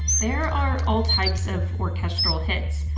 there are all types of orchestral hits.